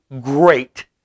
great